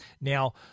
Now